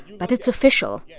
but it's official.